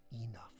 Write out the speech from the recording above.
enough